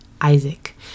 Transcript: Isaac